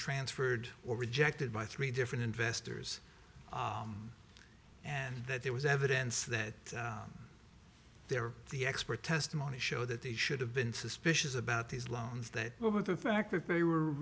transferred or rejected by three different investors and that there was evidence that they're the expert testimony show that they should have been suspicious about these loans that were the fact that they were